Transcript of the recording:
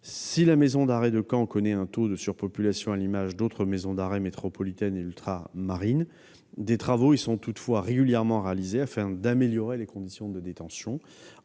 Si la maison d'arrêt de Caen connaît un taux de surpopulation à l'image d'autres maisons d'arrêt métropolitaines et ultramarines, des travaux y sont toutefois régulièrement réalisés afin d'améliorer les conditions de détention